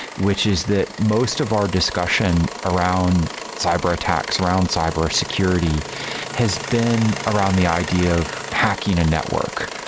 which is that most of our discussion around cyber-attacks, around cybersecurity has been around the idea of hacking a network.